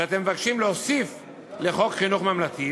שאתם מבקשים להוסיף לחוק חינוך ממלכתי,